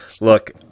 look